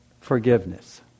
forgiveness